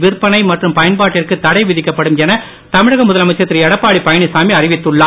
விற்பனை மற்றும் பயன்பாட்டிற்கு தடை விதிக்கப்படும் என தமிழக முதலமைச்சர் திருஎடப்பாடி பழனிசாமி அறிவித்துள்ளார்